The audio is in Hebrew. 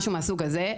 או משהו מהסוג הזה,